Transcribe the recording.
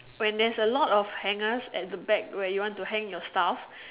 when there's a lot of hangers at the back where you want to hang your stuff